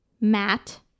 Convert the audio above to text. matt